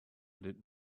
did